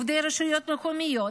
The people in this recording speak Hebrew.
עובדי רשויות מקומיות,